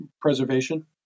preservation